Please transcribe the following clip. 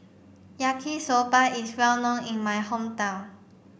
Yaki Soba is well known in my hometown